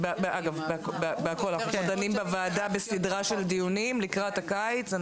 אנחנו דנים בוועדה בסדרה של דיונים לקראת הקיץ.